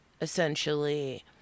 essentially